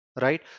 right